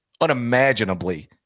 unimaginably